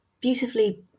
beautifully